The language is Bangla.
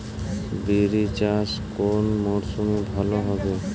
বিরি চাষ কোন মরশুমে ভালো হবে?